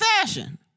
fashion